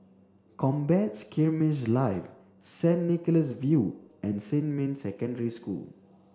Combat Skirmish Live Saint Nicholas View and Xinmin Secondary School